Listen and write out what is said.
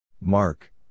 Mark